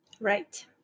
right